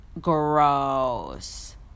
gross